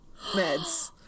meds